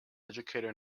educator